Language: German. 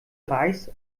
reis